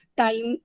time